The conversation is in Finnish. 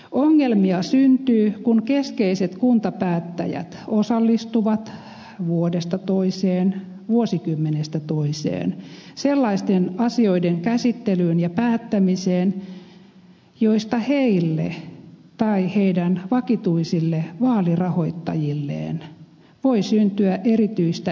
ongelmia syntyy kun keskeiset kuntapäättäjät osallistuvat vuodesta toiseen vuosikymmenestä toiseen sellaisten asioiden käsittelyyn ja päättämiseen joista heille tai heidän vakituisille vaalirahoittajilleen voi syntyä erityistä etua